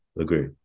Agree